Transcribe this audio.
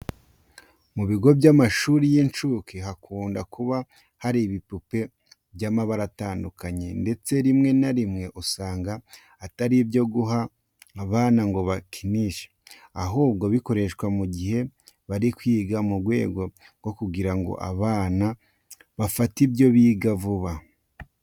Mu bigo by'amashuri y'incuke hakunda kuba hari ibipupe by'amabara atandukanye ndetse rimwe na rimwe usanga atari ibyo guha abana ngo babikinishe, ahubwo bikoreshwa mu gihe bari kwiga mu rwego rwo kugira ngo abana bafate ibyo biga vuba.